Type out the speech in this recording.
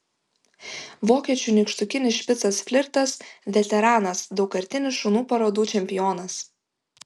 vokiečių nykštukinis špicas flirtas veteranas daugkartinis šunų parodų čempionas